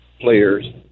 players